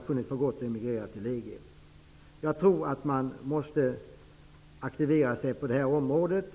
funnit för gott att emigrera till EG. Jag tror att man måste aktivera sig på det här området.